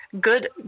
good